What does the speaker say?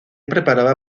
preparaba